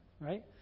Right